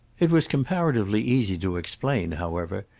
it was comparatively easy to explain, however,